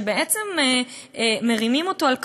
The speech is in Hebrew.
שבעצם מרימים אותו על כפיים,